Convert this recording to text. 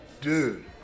Dude